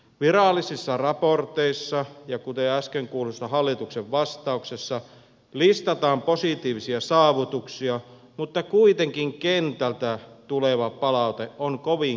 virallisissa raporteissa ja äsken kuullussa hallituksen vastauksessa listataan positiivisia saavutuksia mutta kuitenkin kentältä tuleva palaute on kovin kitkerää